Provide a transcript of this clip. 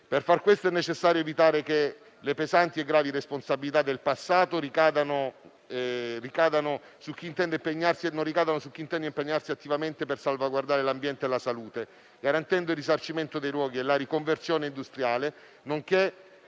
Per far questo è necessario evitare che le pesanti e gravi responsabilità del passato ricadano su chi intende impegnarsi attivamente per salvaguardare l'ambiente e la salute, garantendo il risarcimento dei luoghi e la riconversione industriale, nonché